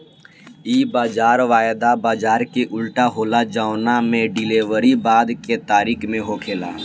इ बाजार वायदा बाजार के उल्टा होला जवना में डिलेवरी बाद के तारीख में होखेला